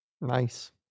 Nice